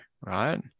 right